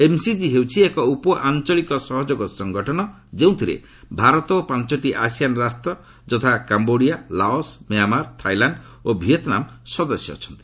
MGC ହେଉଛି ଏକ ଉପଆଞ୍ଚଳିକ ସହଯୋଗ ସଂଗଠନ ଯେଉଁଥିରେ ଭାରତ ଓ ପାଞ୍ଚଟି ଆସିଆନ୍ ରାଷ୍ଟ୍ର ଯଥା କାମ୍ଘୋଡ଼ିଆ ଲାଓସ ମ୍ୟାମାର୍ ଥାଇଲାଣ୍ଡ ଓ ଭିଏତନାମ ସଦସ୍ୟ ଅଛନ୍ତି